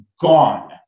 gone